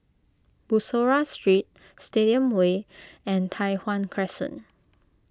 Bussorah Street Stadium Way and Tai Hwan Crescent